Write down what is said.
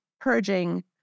purging